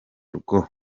rwo